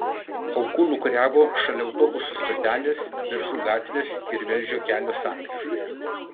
aukų lūkuriavo šalia autobusų stotelės beržų gatvės ir velžio kelio sankryžoje